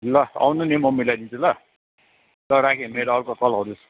ल आउनु नि म मिलाइदिन्छु ल ल राखेँ मेरो अर्को कल आउँदैछ